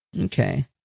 Okay